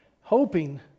hoping